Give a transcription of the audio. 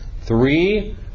three